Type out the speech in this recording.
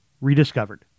rediscovered